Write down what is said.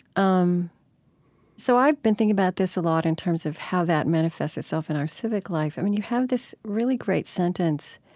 um so i've been thinking about this a lot in terms of how that manifests itself in our civic life i mean, you have this really great sentence,